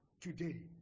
today